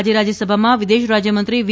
આજે રાજ્યસભામાં વિદેશ રાજ્યમંત્રી વી